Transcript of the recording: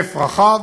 בהיקף רחב,